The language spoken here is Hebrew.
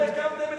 אתם הקמתם את,